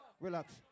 Relax